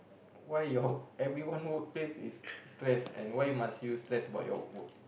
why your everyone work place is stress and why must you stress about your work